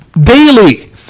daily